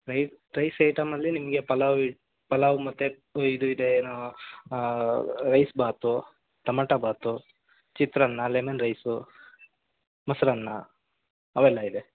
rice rice ಐಟಮ್ಮಲ್ಲಿ ನಿಮಗೆ ಪಲಾವ್ ಪಲಾವ್ ಮತ್ತು ಇದು ಇದೆ ಏನು ರೈಸ್ ಬಾತ್ ಟಮಟ ಬಾತ್ ಚಿತ್ರಾನ್ನ ಲೆಮೆನ್ ರೈಸು ಮೊಸರನ್ನ ಅವೆಲ್ಲ ಇದೆ